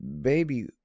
Baby